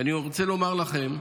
ואני רוצה לומר לכם,